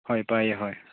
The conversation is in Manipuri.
ꯍꯣꯏ ꯄꯥꯏꯌꯦ ꯍꯣꯏ